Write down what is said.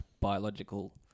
biological